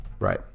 Right